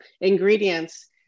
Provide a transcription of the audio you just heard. ingredients